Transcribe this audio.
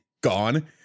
gone